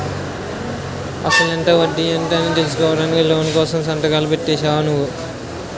అసలెంత? వడ్డీ ఎంత? అని తెలుసుకోకుండానే లోను కోసం సంతకాలు పెట్టేశావా నువ్వు?